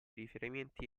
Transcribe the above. riferimenti